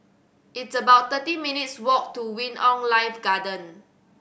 it's about thirty minutes' walk to Wing On Life Garden